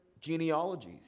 genealogies